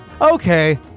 okay